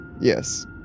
Yes